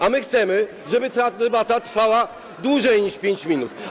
A my chcemy, żeby ta debata trwała dłużej niż 5 minut.